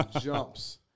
jumps